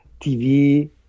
TV